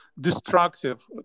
destructive